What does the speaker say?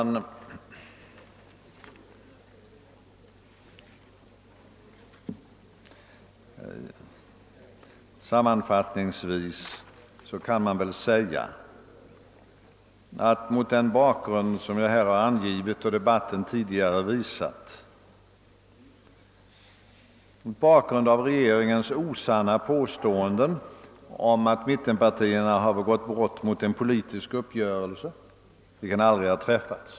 Sammanfattningsvis vill jag säga att mot den bakgrund som jag här skisserat och som debatten tidigare givit, mot bakgrund av regeringens osanna påståenden om att mittenpartierna har begått brott mot en politisk uppgörelse — vilken aldrig träffats!